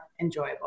enjoyable